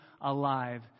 alive